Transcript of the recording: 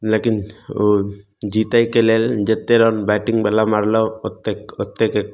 लेकिन जितैके लेल जेतेक रन बैटिंग बला मारलहुॅं ओतेक ओतेक